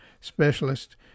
specialist